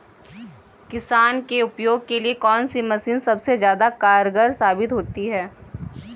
किसान के उपयोग के लिए कौन सी मशीन सबसे ज्यादा कारगर साबित होती है?